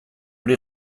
hori